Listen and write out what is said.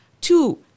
Two